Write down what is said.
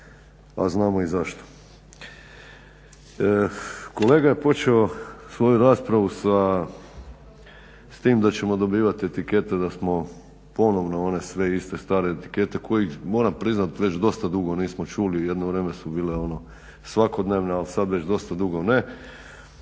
a znamo i zašto. Kolega je počeo svoju raspravu s tim da ćemo dobivati etikete da smo ponovno one sve iste stare etikete koje moram priznati već dosta dugo nismo čuli, jedno vrijeme su bile ono svakodnevne ali sad već dosta dugo ne.